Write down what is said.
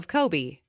Kobe